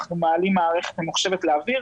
אנחנו מעלים מערכת ממוחשבת לאוויר.